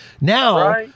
Now